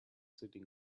sitting